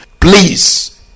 Please